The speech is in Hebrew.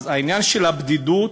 אז העניין של הבדידות,